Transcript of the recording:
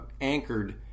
anchored